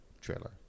trailer